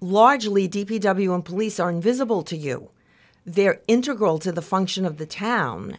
largely d p w and police are invisible to you they're integral to the function of the town